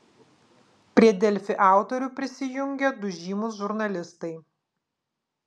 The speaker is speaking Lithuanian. prie delfi autorių prisijungė du žymūs žurnalistai